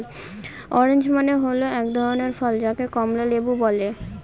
orange মানে হল এক ধরনের ফল যাকে কমলা লেবু বলে